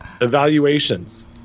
Evaluations